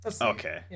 Okay